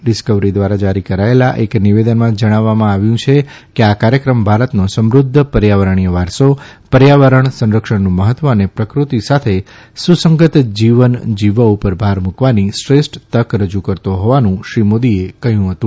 Discovery દ્વારા જારી કરાયેલા એક નિવેદનમાં જણાવવામાં આવ્યું છે કે આ કાર્યક્રમ ભારતનો સમૃદ્ધ પર્યાવરણીય વારસો પર્યાવરણ સંરક્ષણનું મહત્વ અને પ્રકૃતિ સાથે સુસંગત જીવન જીવવા ઉપર ભાર મુકવાની શ્રેષ્ઠ તક રજૂ કરતો હોવાનું શ્રી મોદીએ કહ્યું હતું